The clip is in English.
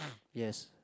yes yes